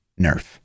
nerf